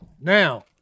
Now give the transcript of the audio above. now